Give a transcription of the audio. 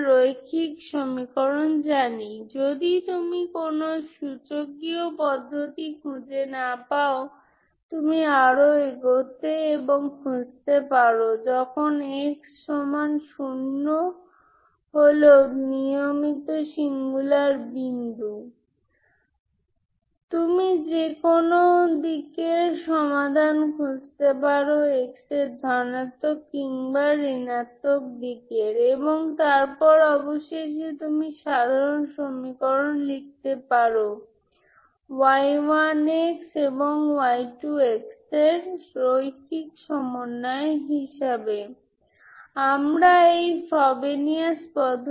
সুতরাং যদি আপনি স্কোয়ার ইন্টিগ্রেবল ফাংশন f নেন তারপরও এই ফোরিয়ার সিরিজ সেই f রূপান্তরিত হয় কিন্তু ইস্কোয়ার ইন্টিগ্রেবল কনভারজেন্সে কিন্তু যদি আপনি টুকরো টুকরো কন্টিনুয়াস ফাংশন নেন fx এই কনভারজেন্স এই সিরিজটি f পয়েন্টে রূপান্তরিত হচ্ছে জ্ঞানী আমরা আগে বেসেল ইকুয়েশন অধ্যয়ন করেছি